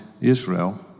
Israel